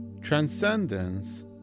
transcendence